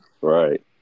right